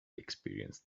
experienced